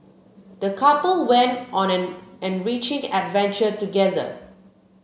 the couple went on an enriching adventure together